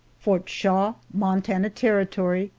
fort shaw, montana territory,